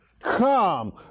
Come